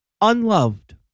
unloved